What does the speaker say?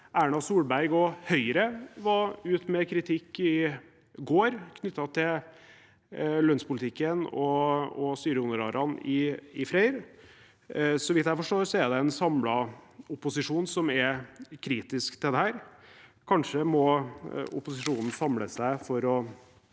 Erna Solberg og Høyre var ute med kritikk i går knyttet til lønnspolitikken og styrehonorarene i Freyr. Så vidt jeg forstår er det en samlet opposisjon som er kritisk til dette. Kanskje må opposisjonen samle seg for å